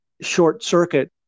short-circuit